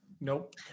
Nope